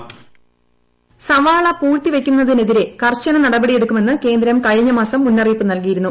voice സവാള പൂഴ്ത്തിവയ്ക്കുന്നതിനെതിരെ കർശന നടപടിയെടുക്കുമെന്ന് കഴിഞ്ഞ മാസം മുന്നറിയിപ്പ് നൽകിയിരുന്നു